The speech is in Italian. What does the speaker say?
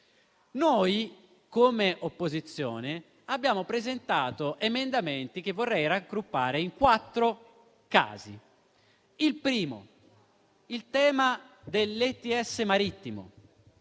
Noi come opposizione abbiamo presentato emendamenti che vorrei raggruppare in quattro casi. Il primo riguarda il tema dell'ETS marittimo.